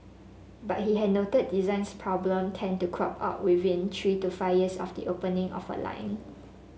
but he had noted designs problem tend to crop up within three to five years of the opening of a line